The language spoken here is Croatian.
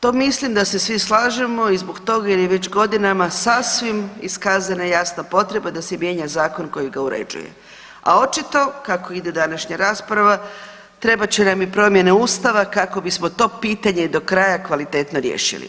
To mislim da se svi slažemo i zbog toga što je već godinama sasvim iskazana jasna potreba da se mijenja zakon koji ga uređuje, a očito kako ide današnja rasprava trebat će nam i promjene Ustava kako bismo i to pitanje do kraja kvalitetno riješili.